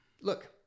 look—